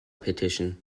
petition